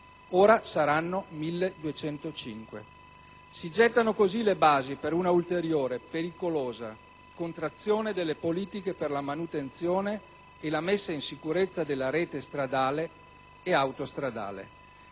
saranno 1.205. Si gettano così le basi per una ulteriore e pericolosa contrazione delle politiche per la manutenzione e la messa in sicurezza della rete stradale e autostradale.